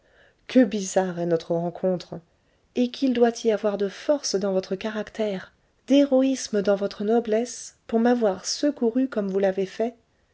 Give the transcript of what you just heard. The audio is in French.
que bizarre est notre rencontre et qu'il doit y avoir de force dans votre caractère d'héroïsme dans votre noblesse pour m'avoir secouru comme vous l'avez fait